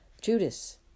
Judas